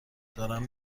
دارم